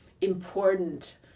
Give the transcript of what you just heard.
important